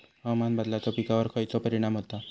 हवामान बदलाचो पिकावर खयचो परिणाम होता?